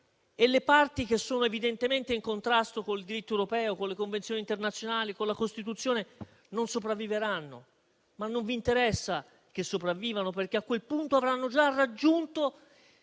le parti evidentemente in contrasto con il diritto europeo, con le convenzioni internazionali e con la Costituzione non sopravvivranno. A voi però non interessa che sopravvivano, perché a quel punto avranno già raggiunto